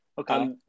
Okay